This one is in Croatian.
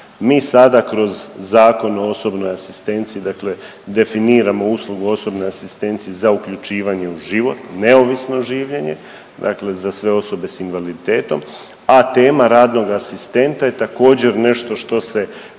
Mi sada kroz Zakon o osobnoj asistenciji dakle definiramo uslugu osobne asistencije za uključivanje u život, neovisno življenje, dakle za sve osobe s invaliditetom, a tema radnog asistenta je također, nešto što se